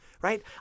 right